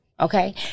Okay